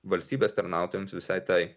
valstybės tarnautojams visai tai